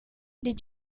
did